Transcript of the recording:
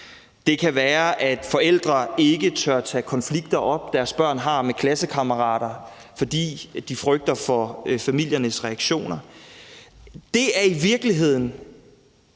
Det kan være, at forældre ikke tør tage konflikter op, som deres børn har med klassekammerater, fordi de frygter for familiernes reaktioner. Det er i virkeligheden